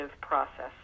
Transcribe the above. process